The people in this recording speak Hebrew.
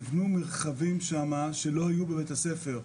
נבנו מרחבים שם שלא היו בבית הספר,